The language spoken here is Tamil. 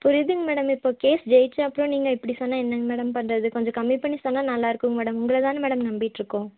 புரியுதுங்க மேடம் இப்போ கேஸ் ஜெயித்த அப்புறம் நீங்கள் இப்படி சொன்னால் என்னங்க மேடம் பண்ணுறது கொஞ்சம் கம்மி பண்ணி சொன்னால் நல்லாயிருக்கும் மேடம் உங்களைதான மேடம் நம்பிகிட்ருக்கோம்